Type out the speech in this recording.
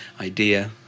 idea